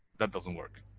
that doesn't work.